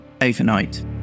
overnight